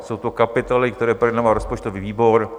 Jsou to kapitoly, které projednával rozpočtový výbor.